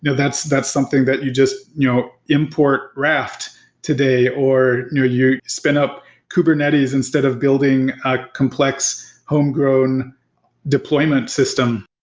yeah that's that's something that you just you know import raft today or you spin up kubernetes instead of building ah complex homegrown deployment system.